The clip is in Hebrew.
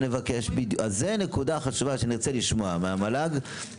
זו נקודה חשובה שנרצה לשמוע מהמל"ג.